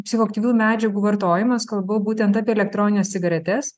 psichoaktyviųjų medžiagų vartojimas kalbu būtent apie elektronines cigaretes